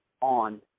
on